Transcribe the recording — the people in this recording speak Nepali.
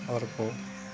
अर्को